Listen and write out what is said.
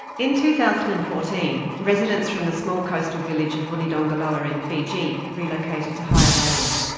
in two thousand and fourteen, residents from the small coastal village of vunidogoloa in fiji relocated to higher land.